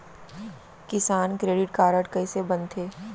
किसान credit card कइसे बनथे?